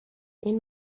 این